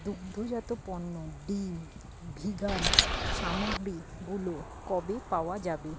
দুগ্ধজাত পণ্য ডিম ভিগান সামগ্রীগুলো কবে পাওয়া যাবে